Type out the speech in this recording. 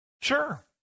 Sure